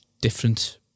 different